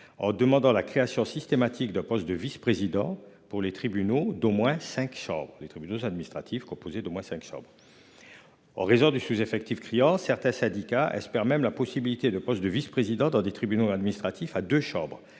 en demandant la création systématique de poste de vice-président pour les tribunaux d'au moins 5 chambres, les tribunaux administratifs composé d'au moins 5 sobre. En raison du sous-effectif criant certains syndicats espèrent même la possibilité de poste de vice-président dans des tribunaux administratifs à deux chambres